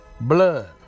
blood